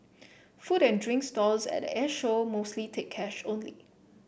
food and drink stalls at the Airshow mostly take cash only